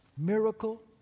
Miracle